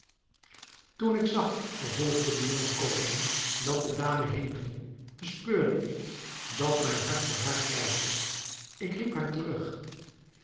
toen ik zag vervolgde de jonge koopman dat de dame heen ging bespeurde ik dat mijn hart voor haar pleitte ik riep haar terug